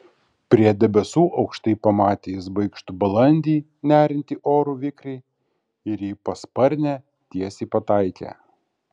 prie debesų aukštai pamatė jis baikštų balandį neriantį oru vikriai ir į pasparnę tiesiai pataikė